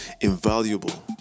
invaluable